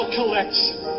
collection